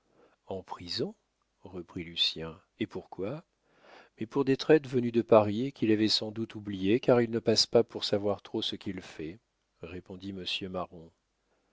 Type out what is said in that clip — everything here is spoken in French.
en prison reprit lucien et pourquoi mais pour des traites venues de paris et qu'il avait sans doute oubliées car il ne passe pas pour savoir trop ce qu'il fait répondit monsieur marron